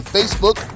Facebook